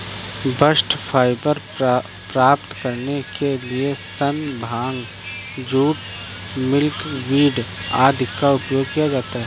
bast fibre प्राप्त करने के लिए सन, भांग, जूट, मिल्कवीड आदि का उपयोग किया जाता है